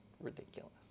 ridiculous